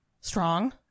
strong